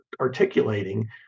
articulating